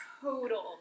total